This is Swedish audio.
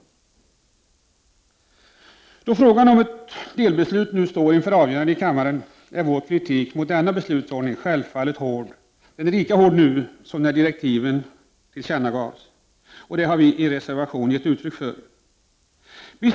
Då frågan om ett delbeslut nu står inför avgörande i kammaren är vår kritik mot denna beslutsordning självfallet hård. Den är lika hård nu som när direktiven tillkännagavs, och vi har i reservation gett uttryck för detta.